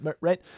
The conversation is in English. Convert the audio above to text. right